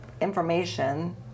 information